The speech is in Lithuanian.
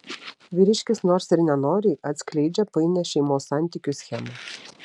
vyriškis nors ir nenoriai atskleidžia painią šeimos santykių schemą